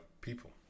people